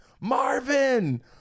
marvin